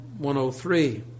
103